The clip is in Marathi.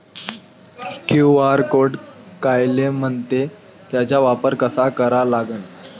क्यू.आर कोड कायले म्हनते, त्याचा वापर कसा करा लागन?